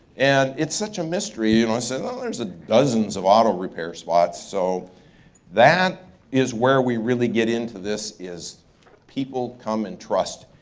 and it's such a mystery you know. and there's ah dozens of auto repair spots. so that is where we really get into this is people come and trust.